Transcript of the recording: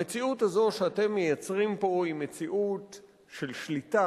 המציאות הזו שאתם מייצרים פה היא מציאות של שליטה